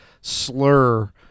slur